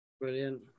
brilliant